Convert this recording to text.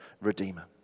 redeemer